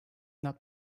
not